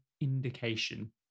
indication